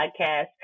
podcast